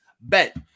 bet